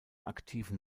aktiven